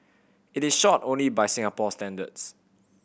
it is short only by Singapore standards